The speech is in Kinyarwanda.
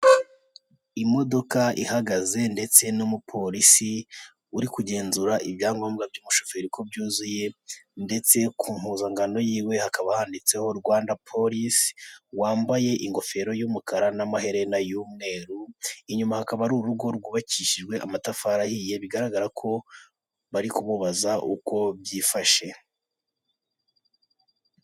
Imodoka ihagaze ndetse n'umupolisi uri kugenzura ibyangombwa by'umushoferi ko byuzuye ndetse ku mpuzankano yiwe hakaba handitseho Rwanda polisi, wambaye ingofero y'umukara n'amaherena y'umweru, inyuma hakaba hari urugo rwubakishijwe amatafari ahiye bigaragara ko bari kumubaza uko byifashe.